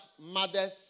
mothers